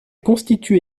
constitue